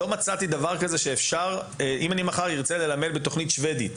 ולא מצאתי דבר כזה שמאפשר לי מחר ללמד בתוכנית שבדית.